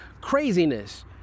craziness